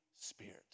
Spirit